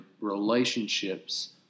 relationships